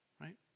right